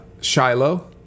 Shiloh